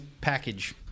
package